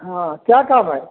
हाँ क्या काम है